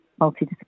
multidisciplinary